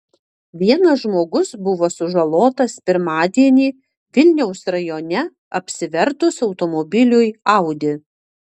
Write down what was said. vienas žmogus buvo sužalotas pirmadienį vilniaus rajone apsivertus automobiliui audi